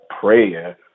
prayer